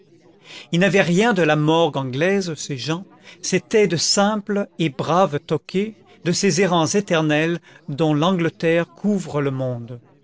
ils n'avaient rien de la morgue anglaise ces gens c'étaient de simples et braves toqués de ces errants éternels dont l'angleterre couvre le monde